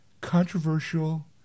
controversial